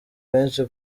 benshi